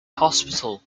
hospital